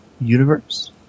universe